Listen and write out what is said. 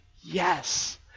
yes